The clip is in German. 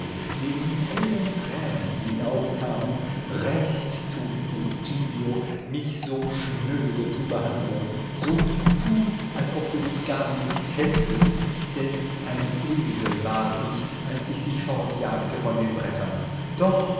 dem die hellen tränen in die augen kamen recht tust du giglio mich so schnöde zu behandeln so zu tun als ob du mich gar nicht kenntest denn ein esel war ich als ich dich fortjagte von den bretter doch